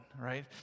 right